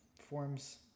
Forms